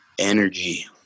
energy